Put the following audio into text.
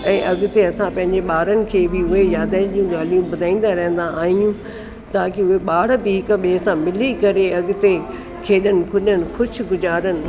ऐं अॻिते असां पंहिंजे ॿारनि खे उहे यादि जी ॻाल्हियूं ॿुधाईंदा रहिंदा आहियूं ताकि उहे ॿार बि हिक ॿिए सां मिली करे अॻिते खेॾनि खुॾनि ख़ुशि गुज़ारीनि